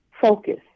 focus